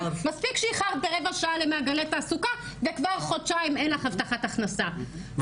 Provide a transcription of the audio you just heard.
מספיק שאיחרת ברבע שעה למעגלי תעסוקה וכבר חודשיים אין לך הבטחת הכנסה,